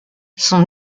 son